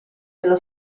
dello